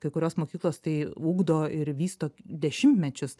kai kurios mokyklos tai ugdo ir vysto dešimtmečius